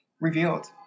revealed